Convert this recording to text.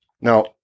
Now